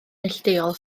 neilltuol